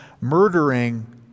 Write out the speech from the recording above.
murdering